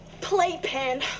playpen